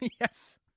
Yes